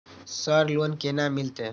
Sir loan केना मिलते?